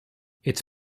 its